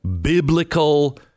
biblical